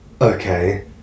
Okay